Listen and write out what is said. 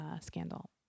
scandal